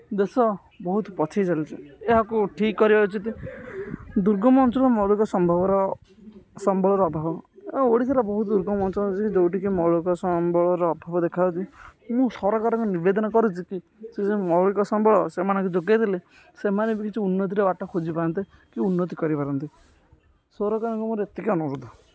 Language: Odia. ଦେଶ ବହୁତ ପଛେଇ ଚାଲିଛି ଏହାକୁ ଠିକ୍ କରିବା ଉଚିତ୍ ଦୁର୍ଗମ ଅଞ୍ଚଳର ମୌଳିକ ସମ୍ଭବର ସମ୍ବଳର ଅଭାବ ଓଡ଼ିଶାର ବହୁତ ଦୁର୍ଗମ ଅଞ୍ଚଳ ଅଛିି ଯେଉଁଠିକି ମୌଳିକ ସମ୍ବଳର ଅଭାବ ଦେଖାଯାଉଛି ମୁଁ ସରକାରଙ୍କୁ ନିବେଦନ କରୁଛିକି ସେ ମୌଳିକ ସମ୍ବଳ ସେମାନଙ୍କୁ ଯୋଗାଇ ଦେଲେ ସେମାନେ ବି କିଛି ଉନ୍ନତିରେ ବାଟ ଖୋଜି ପାରନ୍ତେ କି ଉନ୍ନତି କରିପାରନ୍ତେ ସରକାରଙ୍କ ମୋର ଏତିକି ଅନୁରୋଧ